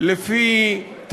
לחבר הכנסת קלפה,